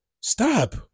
stop